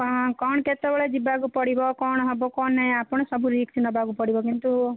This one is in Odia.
କ'ଣ କ'ଣ କେତେବେଳେ ଯିବାକୁ ପଡ଼ିବ କ'ଣ ହେବ କ'ଣ ନାହିଁ ଆପଣ ସବୁ ରିସ୍କ୍ ନେବାକୁ ପଡ଼ିବ କିନ୍ତୁ